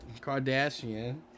Kardashian